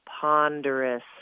ponderous